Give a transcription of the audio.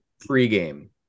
pre-game